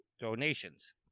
donations